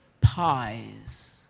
Pies